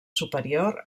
superior